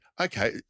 okay